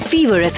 Fever